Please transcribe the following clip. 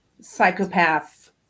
psychopath